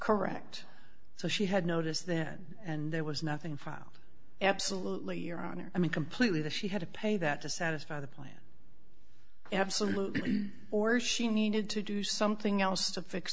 correct so she had notice then and there was nothing found absolutely your honor i mean completely that she had to pay that to satisfy the plan absolutely or she needed to do something else to fix